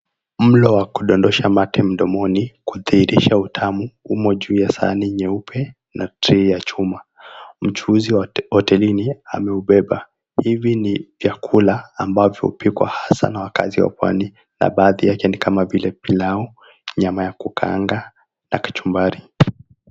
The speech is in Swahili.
Mlo wa kudondosha mate mdomoni kudhirisha utamu umo ju ya sahani nyeupe na trei ya chuma, mchuuzi wa hotelini ameubeba. Hivi ni vyakula ambavyo hupikwa haswa na wakaazi wa pwani na baadhi yake nikama vile pilau, nyama ya kukaanga na kachumbari.